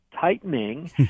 tightening